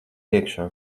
iekšā